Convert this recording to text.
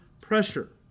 pressure